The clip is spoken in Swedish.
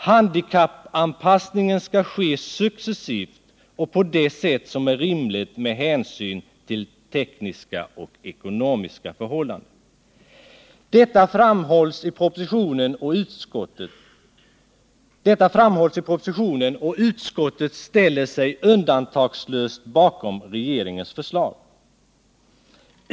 Handikappanpassningen skall ske successivt och på det sätt som är rimligt med hänsyn till tekniska och ekonomiska förhållanden. Detta framhålls i propositionen, och utskottet ställer sig undantagslöst bakom regeringens förslag.